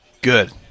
Good